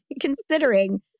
considering